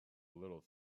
little